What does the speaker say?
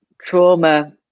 trauma